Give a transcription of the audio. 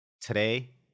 Today